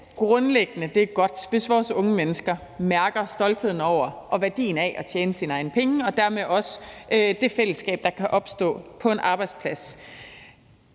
grundlæggende, det er godt, hvis vores unge mennesker mærker stoltheden over og værdien af at tjene sine egne penge, og dermed også det fællesskab, der kan opstå på en arbejdsplads.